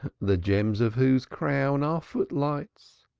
the gems of whose crown are foot-lights,